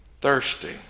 thirsty